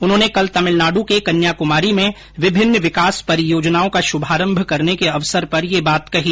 उन्होंने कल तमिलनाड के कन्याक्मारी में विभिन्न विकास परियोजनाओं का श्रभारंभ करने के अवसर पर यह बात कही